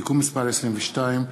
(תיקון מס' 22),